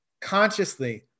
consciously